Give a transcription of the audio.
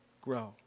grow